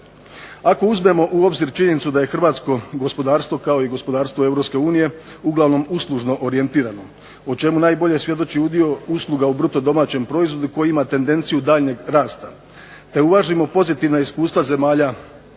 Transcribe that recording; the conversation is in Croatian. Ako uzmemo u obzir činjenicu da je hrvatsko gospodarstvo kao i gospodarstvo EU uglavnom uslužno orijentirano o čemu najbolje svjedoči udio usluga u BDP-u koji ima tendenciju daljnjeg rasta te uvažimo pozitivna iskustva zemalja